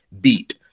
beat